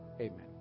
amen